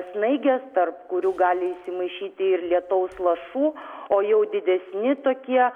snaigės tarp kurių gali įsimaišyti ir lietaus lašų o jau didesni tokie